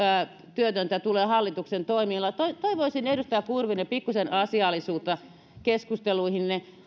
työtöntä tulee hallituksen toimilla toivoisin edustaja kurvinen pikkusen asiallisuutta keskusteluihinne